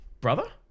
brother